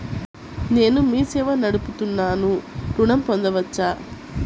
నేను మీ సేవా నడుపుతున్నాను ఋణం పొందవచ్చా?